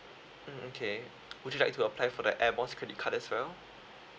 mm okay would you like to apply for the air miles credit card as well